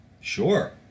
sure